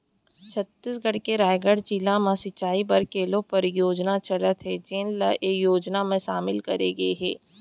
छत्तीसगढ़ के रायगढ़ जिला म सिंचई बर केलो परियोजना चलत हे जेन ल ए योजना म सामिल करे गे हे